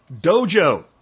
dojo